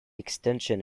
extension